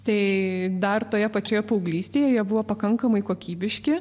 tai dar toje pačioje paauglystėje jie buvo pakankamai kokybiški